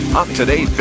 up-to-date